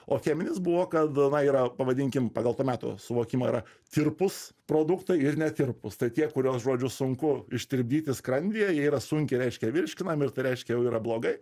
o cheminis buvo kad na yra pavadinkim pagal to meto suvokimą yra tirpūs produktai ir netirpūs tai tie kuriuos žodžiu sunku ištirpdyti skrandyje jie yra sunkiai reiškia virškinami ir tai reiškia jau yra blogai